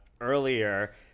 earlier